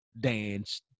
dance